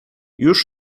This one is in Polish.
już